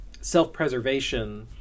self-preservation